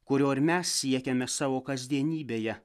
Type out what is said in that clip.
kurio ir mes siekiame savo kasdienybėje